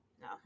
No